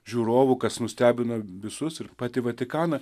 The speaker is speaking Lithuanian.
žiūrovų kas nustebino visus ir pati vatikaną